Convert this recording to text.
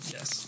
Yes